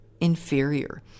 inferior